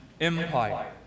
empire